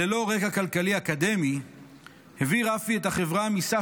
ללא רקע כלכלי אקדמי הביא רפי את החברה מסף